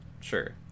Sure